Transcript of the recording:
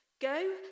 Go